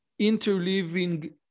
interleaving